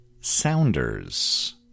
Sounders